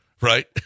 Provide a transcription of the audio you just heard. Right